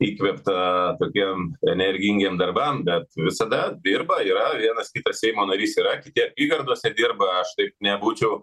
įkvėptą tokiem energingiem darbam bet visada dirba yra vienas kitas seimo narys yra kiti apygardose dirba aš taip nebūčiau